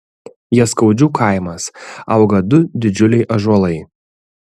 jaskaudžių kaimas auga du didžiuliai ąžuolai